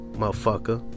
motherfucker